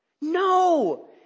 No